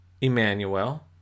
Emmanuel